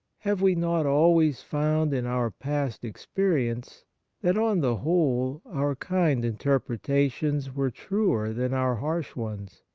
have we not always found in our past experience that on the whole our kind interpretations were truer than our harsh ones?